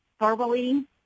verbally